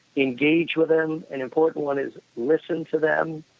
engage with them. an important one is listen to them.